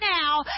now